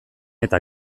eta